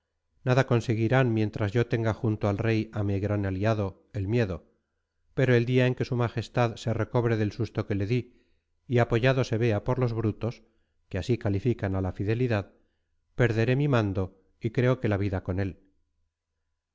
nada conseguirán mientras yo tenga junto al rey a mi gran aliado el miedo pero el día en que s m se recobre del susto que le di y apoyado se vea por los brutos que así califican a la fidelidad perderé mi mando y creo que la vida con él